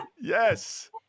Yes